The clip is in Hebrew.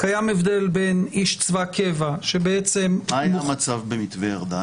קיים הבדל בין איש צבא קבע שבעצם --- מה היה המצב במתווה ארדן?